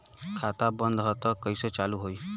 खाता बंद ह तब कईसे चालू होई?